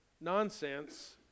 nonsense